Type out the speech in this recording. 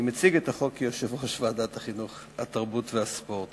מטרת הצעת החוק היא לאפשר את המשך שידורי החדשות המקומיות והתוכניות